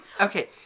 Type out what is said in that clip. Okay